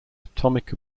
atomic